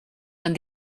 and